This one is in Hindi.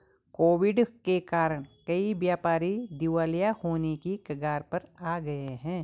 कोविड के कारण कई व्यापारी दिवालिया होने की कगार पर आ गए हैं